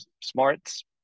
smarts